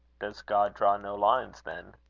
does god draw no lines, then?